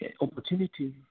opportunities